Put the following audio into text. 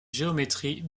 géométrie